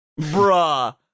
Bruh